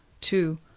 two